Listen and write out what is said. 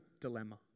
dilemma